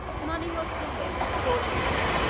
money was to him, accordingly,